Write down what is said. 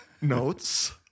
notes